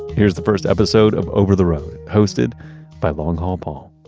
here's the first episode of over the road hosted by long haul paul